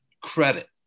credit